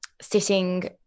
sitting